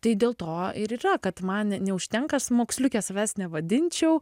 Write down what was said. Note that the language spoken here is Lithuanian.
tai dėl to ir yra kad man neužtenka moksliuke savęs nevadinčiau